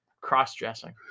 cross-dressing